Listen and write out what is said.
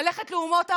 ללכת לאומות העולם?